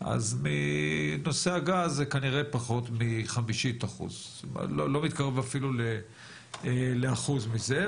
אז מנושא הגז זה כנראה פחות מ-0.20% זאת אומרת לא מתקרב אפילו ל-1% מזה,